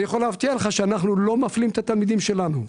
אני יכול להבטיח לך שאנחנו לא מפלים את התלמידים שלנו.